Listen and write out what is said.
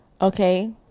Okay